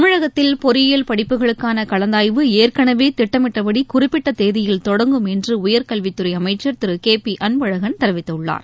தமிழகத்தில் பொறியியல் படிப்புகளுக்கானகலந்தாய்வு ஏற்கனவேதிட்டமிட்டபடிகுறிப்பிட்டதேதியில் தொடங்கும் என்றுஉயர்கல்வித்துறைஅமைச்சர் திருகேபிஅன்பழகள் தெரிவித்துள்ளார்